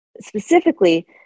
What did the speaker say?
specifically